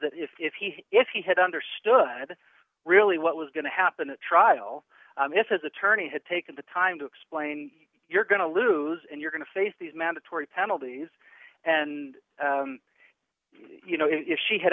that if he if he had understood really what was going to happen at trial if his attorney had taken the time to explain you're going to lose and you're going to face these mandatory penalties and you know if she had